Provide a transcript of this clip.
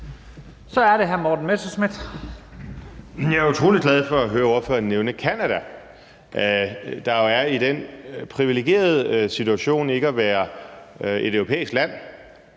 Kl. 11:11 Morten Messerschmidt (DF): Jeg er utrolig glad for at høre ordføreren nævne Canada, der jo er i den privilegerede situation ikke at være et europæisk land,